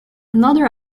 another